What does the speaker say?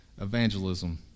evangelism